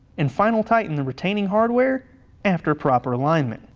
and final tighten the retaining hardware after proper alignment.